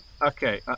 Okay